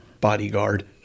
bodyguard